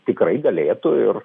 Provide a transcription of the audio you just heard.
tikrai galėtų ir